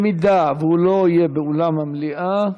אם הוא לא יהיה באולם המליאה,